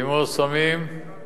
כמו סמים,